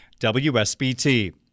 WSBT